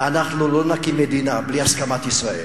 אנחנו לא נקים מדינה בלי הסכמת ישראל,